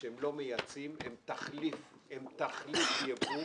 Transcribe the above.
שהם לא מייצאים, שהם תחליף יבוא,